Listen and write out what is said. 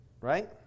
right